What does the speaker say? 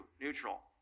neutral